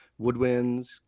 woodwinds